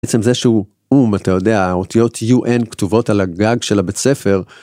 עצם זה שהוא או"ם, אתה יודע, האותיות un כתובות על הגג של הבית ספר.